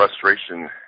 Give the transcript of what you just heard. frustration